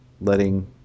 letting